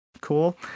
Cool